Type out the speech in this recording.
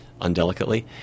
undelicately